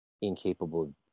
incapable